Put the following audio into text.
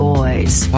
Boys